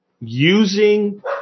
using